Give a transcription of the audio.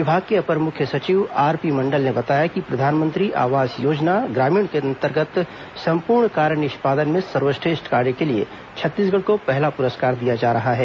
विभाग के अपर मुख्य सचिव आर पी मण्डल ने बताया कि प्रधानमंत्री आवास योजना ग्रामीण के अंतर्गत संपूर्ण कार्य निष्पादन में सर्वश्रेष्ठ कार्य के लिये छत्तीसगढ़ को पहला पुरस्कार दिया जा रहा है